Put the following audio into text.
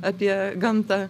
apie gamtą